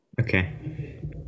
Okay